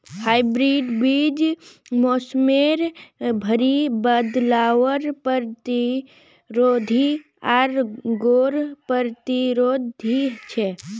hybrid बीज मोसमेर भरी बदलावर प्रतिरोधी आर रोग प्रतिरोधी छे